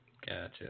Gotcha